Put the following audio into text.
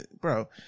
bro